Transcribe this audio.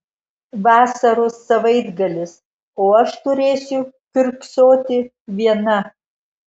vasaros savaitgalis o aš turėsiu kiurksoti viena